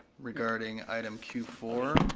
regarding item q four.